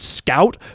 scout